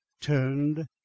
turned